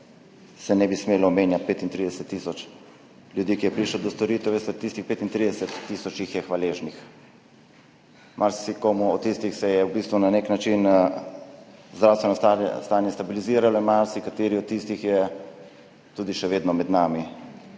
se ne bi smelo omenjati 35 tisoč ljudi, ki so prišli do storitev. Veste, tistih 35 tisoč je hvaležnih, marsikomu od njih se je v bistvu na nek način zdravstveno stanje stabiliziralo, marsikateri od njih je tudi še vedno med nami.